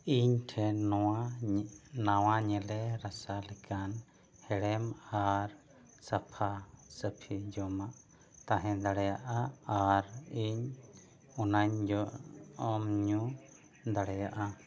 ᱤᱧ ᱴᱷᱮᱱ ᱱᱚᱣᱟ ᱱᱟᱣᱟ ᱧᱮᱞᱮ ᱨᱟᱥᱟ ᱞᱮᱠᱟᱱ ᱦᱮᱲᱮᱢ ᱟᱨ ᱥᱟᱯᱷᱟᱼᱥᱟᱹᱯᱷᱤ ᱡᱚᱢᱟᱜ ᱛᱟᱦᱮᱸ ᱫᱟᱲᱮᱭᱟᱜᱼᱟ ᱟᱨ ᱤᱧ ᱚᱱᱟᱧ ᱡᱚᱢᱼᱧᱩ ᱫᱟᱲᱮᱭᱟᱜᱼᱟ